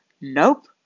nope